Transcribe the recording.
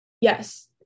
Yes